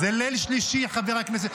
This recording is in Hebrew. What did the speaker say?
זה ליל שלישי, חבר הכנסת.